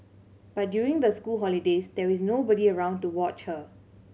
but during the school holidays there is nobody around to watch her